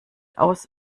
aus